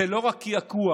זה לא רק קעקוע